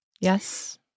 Yes